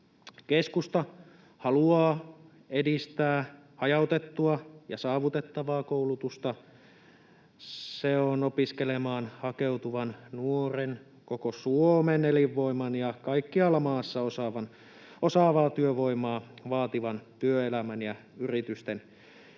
Keskusta haluaa edistää hajautettua ja saavutettavaa koulutusta. Se on opiskelemaan hakeutuvan nuoren, koko Suomen elinvoiman ja kaikkialla maassa osaavaa työvoimaa vaativan työelämän ja yritysten etu,